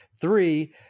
Three